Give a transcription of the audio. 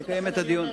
נקיים את הדיון.